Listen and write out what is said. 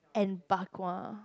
and bak-kwa